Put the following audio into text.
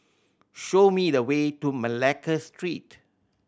show me the way to Malacca Street